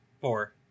Four